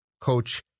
coach